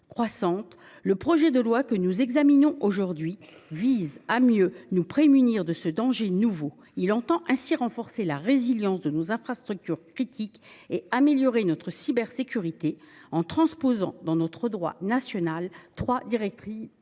croissante, le projet de loi que nous examinons aujourd’hui vise à mieux nous prémunir contre ce danger nouveau. Il vise ainsi à renforcer la résilience de nos infrastructures critiques et à améliorer notre cybersécurité en transposant dans notre droit national trois directives